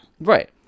right